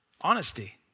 Honesty